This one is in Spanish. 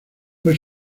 fue